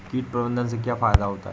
कीट प्रबंधन से क्या फायदा होता है?